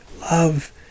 love